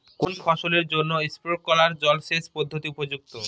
কোন ফসলের জন্য স্প্রিংকলার জলসেচ পদ্ধতি উপযুক্ত?